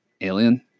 Alien